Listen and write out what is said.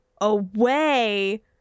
away